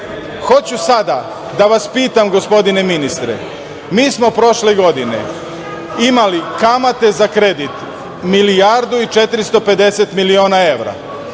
sada da vas pitam gospodine ministre mi smo prošle godine imali kamate za kredit milijardu i 450 miliona evra